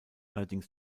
allerdings